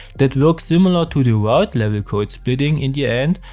that works similar to the route level code-splitting, in the end.